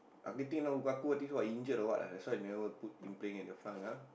I think what this one injured or what ah that's why never put him playing at the front ah